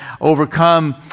overcome